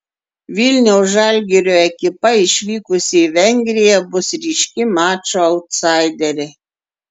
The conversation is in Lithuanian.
vilniaus žalgirio ekipa išvykusi į vengriją bus ryški mačo autsaiderė